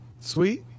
Sweet